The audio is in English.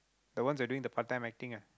the ones that doing the part time acting ah